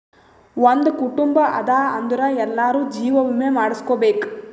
ಒಂದ್ ಕುಟುಂಬ ಅದಾ ಅಂದುರ್ ಎಲ್ಲಾರೂ ಜೀವ ವಿಮೆ ಮಾಡುಸ್ಕೊಬೇಕ್